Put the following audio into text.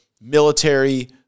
military